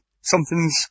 something's